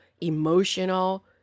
emotional